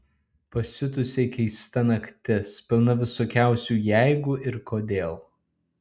pasiutusiai keista naktis pilna visokiausių jeigu ir kodėl